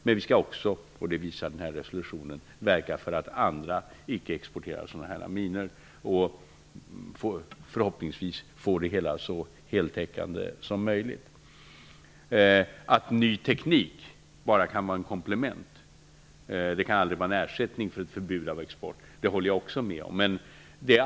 Men vi skall också -- det visar resolutionen -- verka för att andra icke exporterar sådana här minor och förhoppningsvis få detta att bli så heltäckande som möjligt. Jag håller också med om att ny teknik bara kan vara ett komplement. Det kan aldrig vara en ersättning för ett förbud av export.